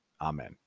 Amen